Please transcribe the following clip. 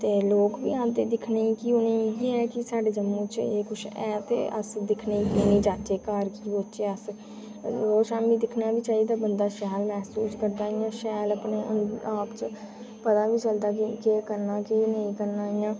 ते लोक बीऔंदे दे दिक्खने गी की उ'नें गी इ'यै की एह् साढ़े जम्मू च ऐ ते अस दिक्खने गी जरूर जाचै पार्क बौह्चे अस रोज़ शामीं दिक्खना बी चाहिदा बंदा शैल महसूस करदा अपने आप च पता बी चलदा की केह् करना जां केह् नेईं करना इं'या